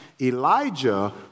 Elijah